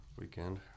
weekend